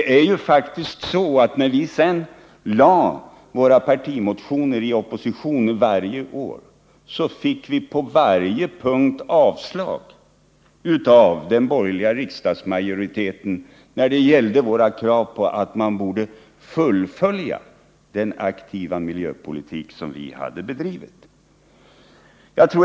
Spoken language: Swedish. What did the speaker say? När vi sedan varje år har lagt fram våra partimotioner i opposition har vi på varje punkt fått avslag av den borgerliga riksdagsmajoriteten när det gällt våra krav på att man skulle fullfölja den aktiva miljöpolitik som socialdemokratin hade bedrivit.